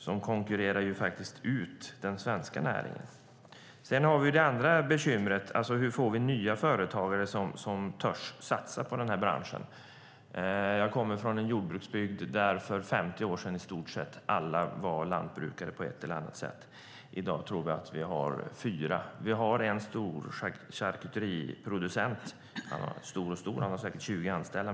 Det konkurrerar ut den svenska näringen. Det andra bekymret är hur vi får nya företagare som törs satsa på den här branschen. Jag kommer från en jordbruksbygd där i stort sett alla var lantbrukare på ett eller annat sätt för 50 år sedan; i dag tror jag att det finns fyra. Vi har en stor charkuteriproducent med ca 20 anställda.